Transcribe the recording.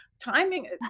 timing